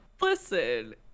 Listen